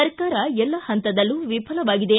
ಸರ್ಕಾರ ಎಲ್ಲ ಪಂತದಲ್ಲೂ ವಿಫಲವಾಗಿದೆ